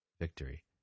victory